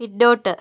പിന്നോട്ട്